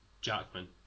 Jackman